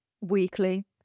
weekly